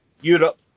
Europe